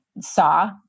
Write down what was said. saw